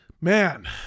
man